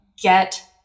get